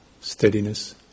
steadiness